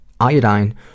iodine